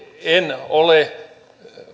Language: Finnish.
en ole